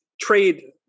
trade